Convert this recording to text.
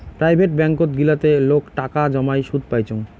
private ব্যাঙ্কত গিলাতে লোক টাকা জমাই সুদ পাইচুঙ